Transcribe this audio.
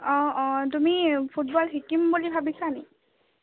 অ অ তুমি ফুটবল শিকিম বুলি ভাবিছানি